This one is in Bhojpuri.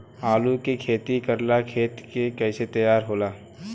आलू के खेती करेला खेत के कैसे तैयारी होला?